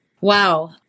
Wow